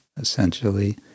essentially